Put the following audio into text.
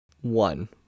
one